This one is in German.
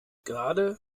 gerade